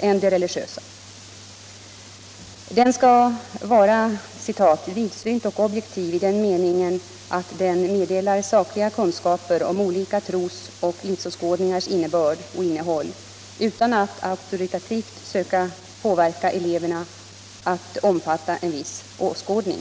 än de religiösa. Den skall vara ”vidsynt och objektiv i den meningen, att den meddelar sakliga kunskaper om olika trosoch livsåskådningars innebörd och innehåll utan att auktoritativt söka påverka eleverna att omfatta en viss åskådning”.